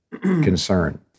concern